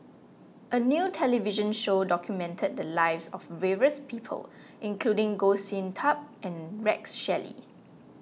a new television show documented the lives of various people including Goh Sin Tub and Rex Shelley